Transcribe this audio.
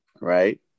Right